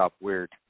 weird